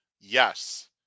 yes